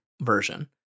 version